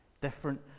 different